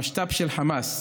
המשת"פ של חמאס,